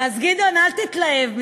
אז גדעון, אל תתלהב מזה,